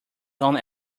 only